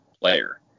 player